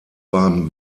beim